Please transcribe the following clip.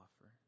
offer